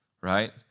right